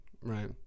right